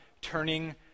turning